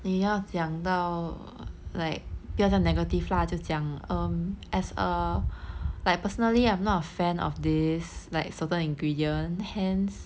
你要讲到 like 不要这样 negative lah 就讲 um as uh like personally I'm not a fan of this like certain ingredient hence